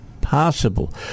possible